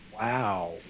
Wow